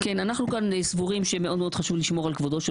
אנחנו כאן סבורים שמאוד מאוד חשוב לשמור על כבודו של